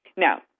Now